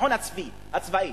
הביטחון הצבאי,